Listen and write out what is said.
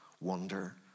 wonder